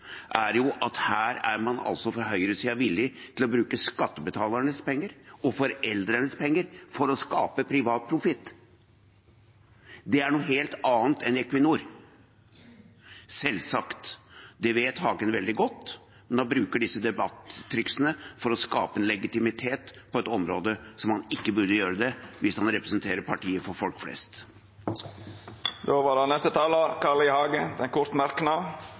er at her er man fra høyresiden villig til å bruke skattebetalernes penger – og foreldrenes penger – for å skape privat profitt. Det er noe helt annet enn Equinor. Selvsagt! Det vet Hagen veldig godt, men han bruker disse debattriksene for å skape en legitimitet på et område som han ikke burde gjøre det på, hvis han representerer partiet for folk flest. Representanten Carl I. Hagen har hatt ordet to gonger tidlegare og får ordet til ein kort merknad,